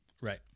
Right